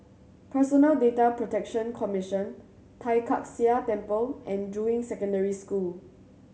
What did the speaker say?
Personal Data Protection Commission Tai Kak Seah Temple and Juying Secondary School